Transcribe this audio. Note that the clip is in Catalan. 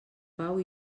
pau